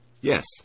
Yes